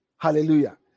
Hallelujah